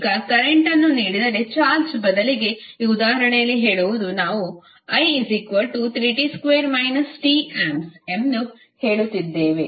ಈಗ ಕರೆಂಟ್ ಅನ್ನು ನೀಡಿದರೆ ಚಾರ್ಜ್ ಬದಲಿಗೆ ಈ ಉದಾಹರಣೆಯಲ್ಲಿ ಹೇಳುವುದು ನಾವು i3t2 tA ಎಂದು ಹೇಳುತ್ತಿದ್ದೇವೆ